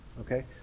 Okay